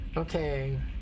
Okay